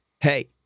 hey